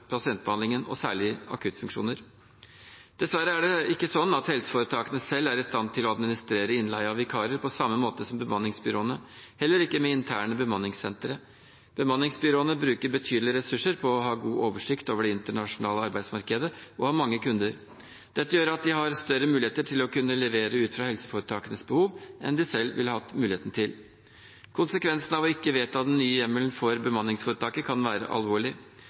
pasientbehandlingen, og særlig akuttfunksjoner. Dessverre er det ikke sånn at helseforetakene selv er i stand til å administrere innleie av vikarer på samme måte som bemanningsbyråene – heller ikke med interne bemanningsentre. Bemanningsbyråene bruker betydelige ressurser på å ha god oversikt over det internasjonale arbeidsmarkedet og har mange kunder. Dette gjør at de har større muligheter til å levere ut fra helseforetakenes behov enn de selv ville hatt mulighet til. Konsekvensen av ikke å vedta den nye hjemmelen for bemanningsforetakene kan være alvorlig.